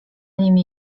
nimi